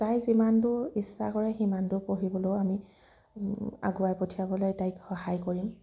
তাই যিমান দূৰ ইচ্ছা কৰে সিমান দূৰ পঢ়িবলৈও আমি আগুৱাই পঠিয়াবলৈ তাইক সহায় কৰিম